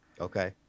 Okay